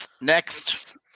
Next